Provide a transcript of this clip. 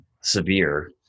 severe